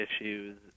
issues